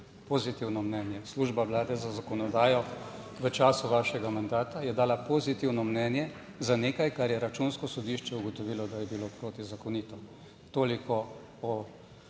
Pozitivno mnenje. Služba Vlade za zakonodajo v času vašega mandata je dala pozitivno mnenje za nekaj, kar je Računsko sodišče ugotovilo, da je bilo protizakonito. Toliko o